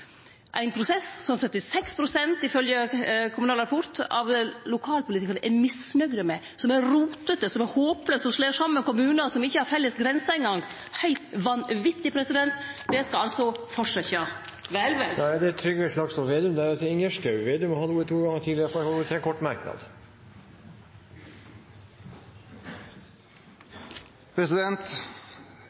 prosess som 76 pst. ifølgje Kommunal Rapport, av lokalpolitikarane er misnøgde med, som er rotete, som er håplaus. Ein slår saman kommunar som ikkje har felles grenser eingong – heilt vanvitig. Det skal altså fortsetje. Vel vel. Representanten Trygve Slagsvold Vedum har hatt ordet to ganger tidligere og får ordet til en kort merknad,